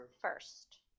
first